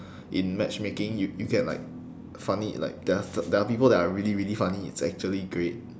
in matchmaking you you get like funny like there are there are people that are really really funny it's actually great